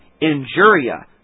injuria